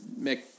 mick